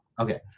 Okay